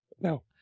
No